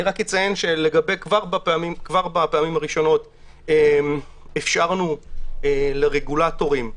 אני רק אציין שכבר בפעמים הראשונות אפשרנו לרגולטורים,